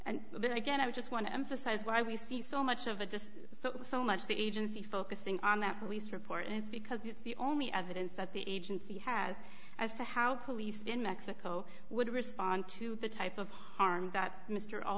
and again i just want to emphasize why we see so much of the just so so much the agency focusing on that police report and it's because it's the only evidence that the agency has as to how police in mexico would respond to the type of harm that mr